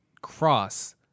cross